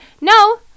No